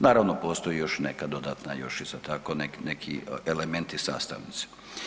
Naravno, postoji još neka dodatna još i sad tako neki elementi i sastavnice.